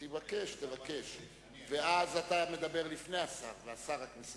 תבקש, ואז אתה מדבר לפני השר והשר רק מסכם.